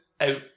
out